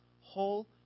whole